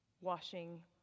washing